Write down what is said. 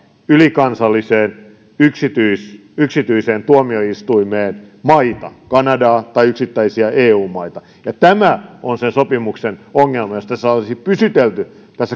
ylikansalliseen yksityiseen yksityiseen tuomioistuimeen maita kanada tai yksittäisiä eu maita ja tämä on se sopimuksen ongelma jos tässä olisi pysytelty